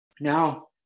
Now